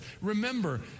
Remember